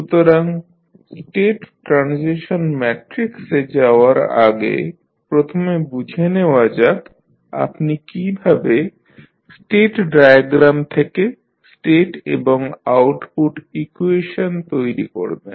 সুতরাং state transition ম্যাট্রিক্সে যাওয়ার আগে প্রথমে বুঝে নেওয়া যাক আপনি কীভাবে স্টেট ডায়াগ্রাম থেকে স্টেট এবং আউটপুট ইকুয়েশন তৈরি করবেন